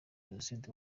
genocide